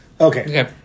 Okay